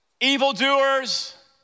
evildoers